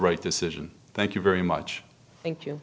right decision thank you very much thank you